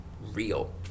real